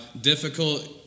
difficult